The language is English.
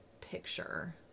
picture